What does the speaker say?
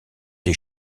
des